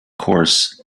course